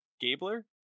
Gabler